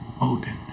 Odin